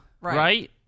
Right